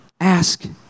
ask